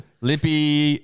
Lippy